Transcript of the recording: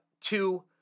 Two